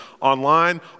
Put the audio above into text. online